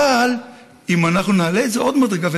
אבל אם אנחנו נעלה את זה עוד מדרגה,